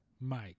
Mike